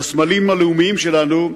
לסמלים הלאומיים שלנו,